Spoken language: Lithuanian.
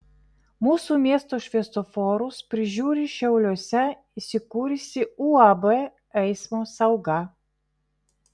mūsų miesto šviesoforus prižiūri šiauliuose įsikūrusi uab eismo sauga